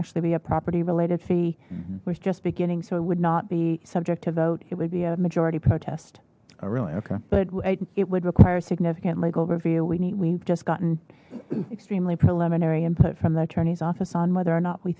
actually be a property related fee was just beginning so it would not be subject to vote it would be a majority protest oh really okay but it would require a significant legal review we need we've just gotten extremely preliminary input from the attorney's office on whether or not we